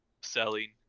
selling